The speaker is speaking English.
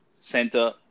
center